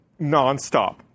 nonstop